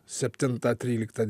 septintą tryliktą